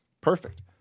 Perfect